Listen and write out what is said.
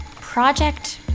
Project